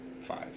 five